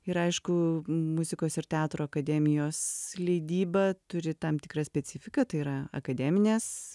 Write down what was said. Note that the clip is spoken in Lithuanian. ir aišku muzikos ir teatro akademijos leidyba turi tam tikrą specifiką tai yra akademinės